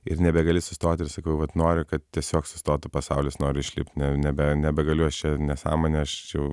ir nebegali sustoti ir sakau vat noriu kad tiesiog sustotų pasaulis noriu išlipt ne nebe nebegaliu aš čia nesąmones čia jau